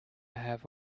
have